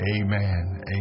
Amen